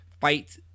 fight